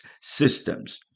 systems